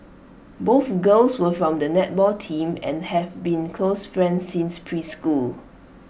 both girls were from the netball team and have been close friends since preschool